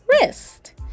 wrist